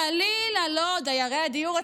חלילה לא דיירי הדיור הציבורי,